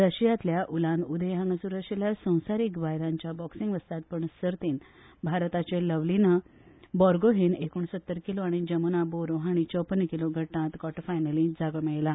रशियातल्या Ulan Ude हांगा सुरू आशिल्ल्या संवसारिक बायलांच्या बॉक्सिंग वस्तादपण सर्तीत भारताचे लवलीना बॉरगोहेन एकुणसत्तर किलो आनी जमुना बोरो हाणी चौप्पन्न किलो गटात क्वॉर्टरफायनलीत जागो मेळयला